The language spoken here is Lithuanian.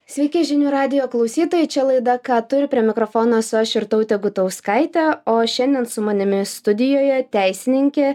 sveiki žinių radijo klausytojai čia laida ką tu ir prie mikrofono esu aš irtautė gutauskaitė o šiandien su manimi studijoje teisininkė